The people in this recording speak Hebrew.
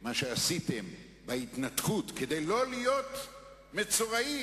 מה שעשיתם בהתנתקות כדי שלא להיות מצורעים,